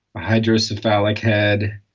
headdress of phallic had.